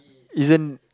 isn't